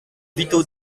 vito